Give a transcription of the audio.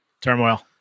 Turmoil